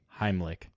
Heimlich